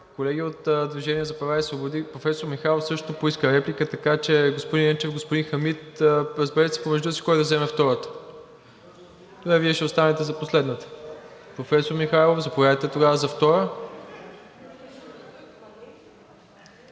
Колеги от „Движение за права и свободи“. Професор Михайлов също поиска реплика, така че господин Енчев, господин Хамид, разберете се помежду си кой да вземе втората. Добре, Вие ще останете за последната. Професор Михайлов, заповядайте тогава за втора.